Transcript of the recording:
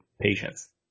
patience